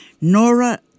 Nora